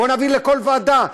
בואו נעביר לכל ועדה.